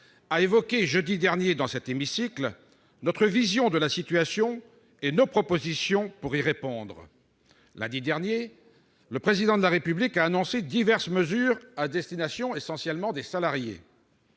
a évoqué jeudi dernier dans cet hémicycle notre vision de la situation et nos propositions pour y répondre. Lundi dernier, le Président de la République a annoncé diverses mesures, elles sont essentiellement à destination